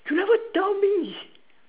you never tell me